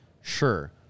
sure